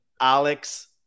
alex